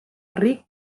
ric